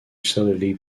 solely